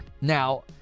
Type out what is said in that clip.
Now